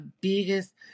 biggest